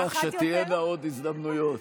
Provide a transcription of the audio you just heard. אחת יותר --- היית מתחילה בדברים המעניינים,